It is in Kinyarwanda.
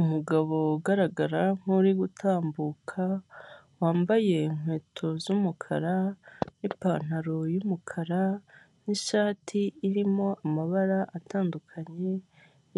Umugabo ugaragara nk'uri gutambuka, wambaye inkweto z'umukara n'ipantaro y'umukara n'ishati irimo amabara atandukanye,